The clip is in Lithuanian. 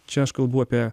čia aš kalbu apie